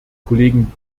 kollegen